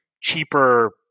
cheaper